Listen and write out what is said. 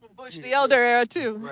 bush the elder era, too.